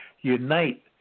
unite